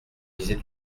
disait